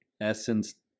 essence